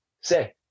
Say